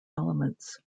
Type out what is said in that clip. elements